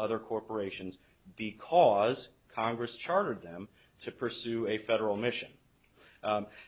other corporations because congress chartered them to pursue a federal mission